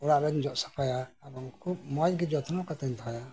ᱚᱲᱟᱜ ᱨᱮᱧ ᱡᱚᱫ ᱥᱟᱯᱷᱟᱭᱟ ᱮᱵᱚᱝ ᱠᱷᱩᱵ ᱢᱚᱸᱡ ᱜᱮ ᱡᱚᱛᱚᱱᱚ ᱠᱟᱛᱮᱧ ᱫᱚᱦᱚᱭᱟ